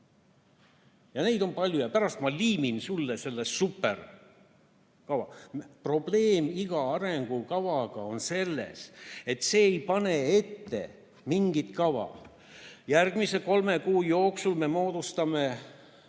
Ja neid on palju ja pärast ma liimin sulle selle superrolli." Probleem iga arengukavaga on selles, et need ei pane ette mingit kava. Järgmise kolme kuu jooksul me moodustame